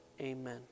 amen